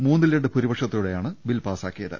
മൂന്നിൽ രണ്ട് ഭൂരിപക്ഷത്തോടെയാണ് ബിൽ പാസാക്കിയത്